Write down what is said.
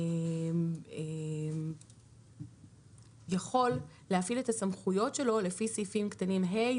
שהממונה יכול להפעיל את הסמכויות שלו לפי סעיפים קטנים (ה),